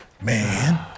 Man